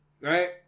right